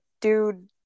dude